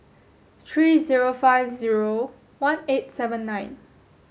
three zero five zero one eight seven nine